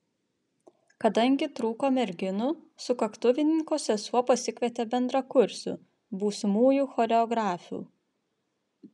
kadangi trūko merginų sukaktuvininko sesuo pasikvietė bendrakursių būsimųjų choreografių